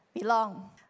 Belong